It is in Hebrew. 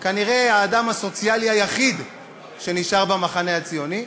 כנראה האדם הסוציאלי היחיד שנשאר במחנה הציוני,